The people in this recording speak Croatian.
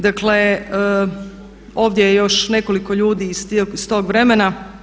Dakle, ovdje je još nekoliko ljudi iz tog vremena.